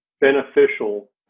beneficial